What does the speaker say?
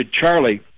Charlie